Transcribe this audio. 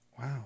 Wow